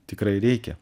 tikrai reikia